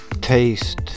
taste